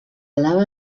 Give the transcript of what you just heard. lava